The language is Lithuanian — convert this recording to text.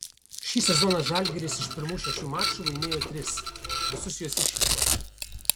šį sezoną žalgiris iš pirmų šešių mačų laimėjo tris visus juos išvykoje